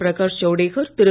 Prakash Javadekar Thiru